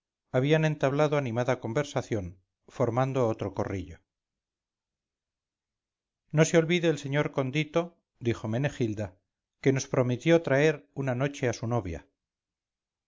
habían entablado animada conversación formando otro corrillo no se olvide el señor condito dijo menegilda que nos prometió traer una noche a su novia